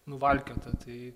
nuvalkiota tai